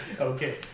Okay